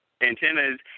antennas